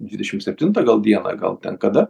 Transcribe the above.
dvidešim septintą gal dieną gal ten kada